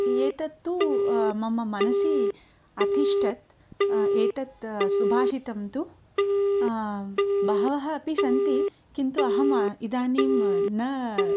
एतत्तु मम मनसि अतिष्ठत् एतत् सुभाषितं तु बहवः अपि सन्ति किन्तु अहम् इदानीं न